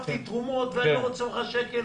ואספתי תרומות ואני לא רוצה ממך שקל.